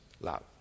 Love